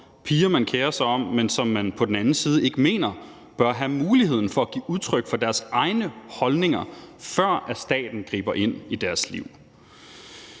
piger, som man kerer sig om, men som man på den anden side ikke mener bør have mulighed for at give udtryk for deres egne holdninger, før staten griber ind i deres liv.